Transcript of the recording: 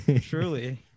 Truly